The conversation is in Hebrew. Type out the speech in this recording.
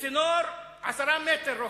בצינור 10 מטר רוחב.